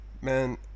Man